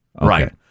Right